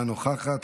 אינה נוכחת,